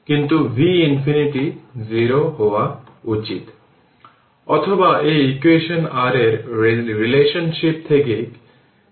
তাই সেজন্য এখন আমি সবকিছু জানব এই সমস্ত বিষয়গুলি আগে আলোচনা করা হয়েছে